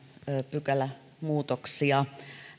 pykälämuutoksia